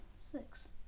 Six